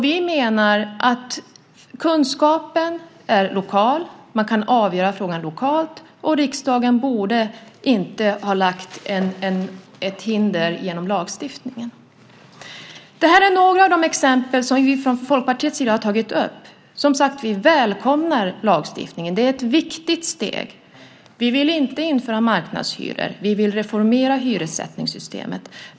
Vi menar att kunskapen är lokal. Man kan avgöra frågan lokalt. Riksdagen borde inte ha lagt ett hinder genom lagstiftningen. Det här är några av de exempel som vi från Folkpartiets sida har tagit upp. Vi välkomnar, som sagt, lagstiftningen. Det är ett viktigt steg. Vi vill inte införa marknadshyror. Vi vill reformera hyressättningssystemet.